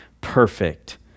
perfect